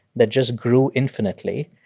that just grew infinitely.